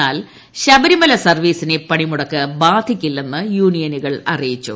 എന്നാൽ ശബരിമല സർവീസിനെ പണിമുടക്ക് ബാധിക്കില്ലെന്ന് യൂണിയനുകൾ അറിയിച്ചു